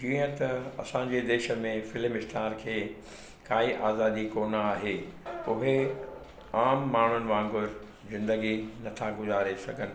जीअं त असांजे देश में फ्लिम स्टार खे काई आज़ादी कोन आहे उहे आम माण्हुनि वांगुर जिंदगी नथा गुज़ारे सघनि